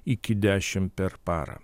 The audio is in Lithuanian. iki dešimt per parą